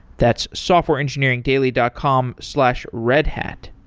that's softwareengineeringdaily dot com slash redhat.